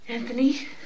Anthony